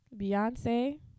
Beyonce